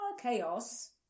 chaos